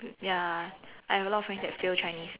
ya I have a lot of friends that fail Chinese